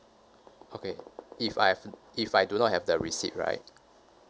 okay if I have if I do not have the receipt right